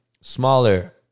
smaller